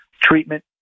treatment